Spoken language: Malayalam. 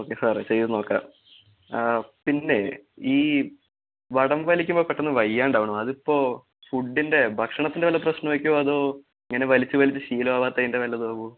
ഓക്കെ സാറെ ചെയ്ത് നോക്കാം പിന്നെ ഈ വടം വലിക്കുമ്പം പെട്ടന്ന് വയ്യാണ്ടാവുണു അതിപ്പോൾ ഫുഡ്ഡിൻ്റെ ഭക്ഷണത്തിൻ്റെ വല്ല പ്രശ്നായ്ക്കുവോ അതോ ഇങ്ങനെ വലിച്ച് വലിച്ച് ശീലവാത്തതിന്റെ വല്ലതുവാകുവോ